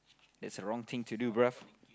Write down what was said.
there's a wrong thing to do bruh